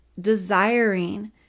desiring